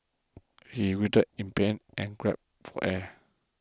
he writhed in pain and gasped for air